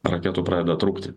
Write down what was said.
raketų pradeda trūkti